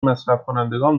مصرفکنندگان